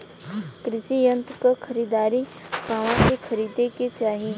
कृषि यंत्र क खरीदारी कहवा से खरीदे के चाही?